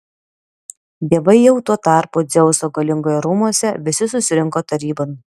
dievai jau tuo tarpu dzeuso galingojo rūmuose visi susirinko tarybon